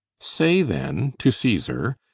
say then to caesar,